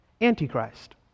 Antichrist